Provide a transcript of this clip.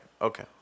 Okay